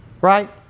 right